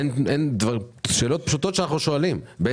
אין תשובה על שאלות פשוטות שאנחנו שואלים כמו